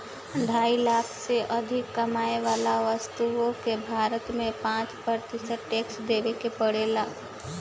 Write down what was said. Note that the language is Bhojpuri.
ढाई लाख से अधिक कमाए वाला व्यक्ति के भारत में पाँच प्रतिशत टैक्स देवे के पड़ेला